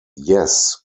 yes